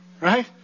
Right